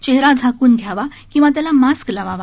चेहरा झाकून घ्यावा किंवा त्याला मास्क लावावा